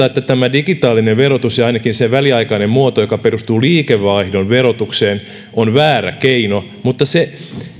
että digitaalinen verotus ainakin se väliaikainen muoto joka perustuu liikevaihdon verotukseen on väärä keino mutta se